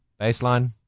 baseline